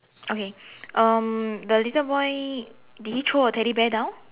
okay um the little boy did he throw a teddy bear down